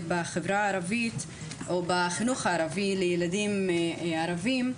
בחברה הערבית או בחינוך הערבי לילדים ערבים,